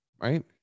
right